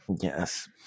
Yes